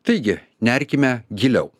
taigi nerkime giliau